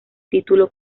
título